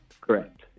Correct